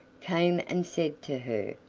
came and said to her,